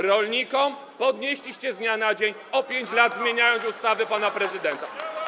Rolnikom podnieśliście z dnia na dzień o 5 lat, zmieniając ustawę pana prezydenta.